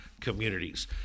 communities